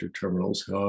terminals